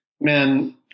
men